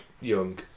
young